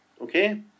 Okay